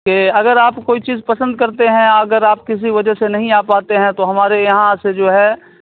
کہ اگر آپ کو کوئی چیز پسند کرتے ہیں اگر آپ کسی وجہ سے نہیں آ پاتے ہیں تو ہمارے یہاں سے جو ہے